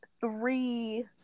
three